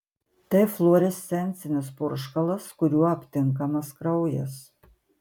tai fluorescencinis purškalas kuriuo aptinkamas kraujas